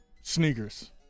sneakers